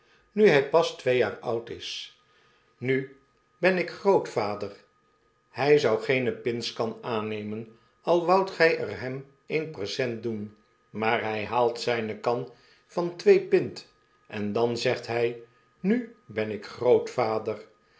humphrey hij pas twee jaar oud is nu ben ik grootvader hij zou geene pintskan aannemen al woudt gij er hem een present doen maar hij haalt zijne kan van twee pint en dan zegt hg nu ben ik grootvader